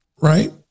right